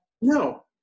no